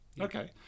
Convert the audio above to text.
Okay